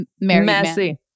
Messy